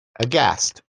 aghast